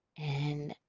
and